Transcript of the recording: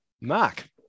Mark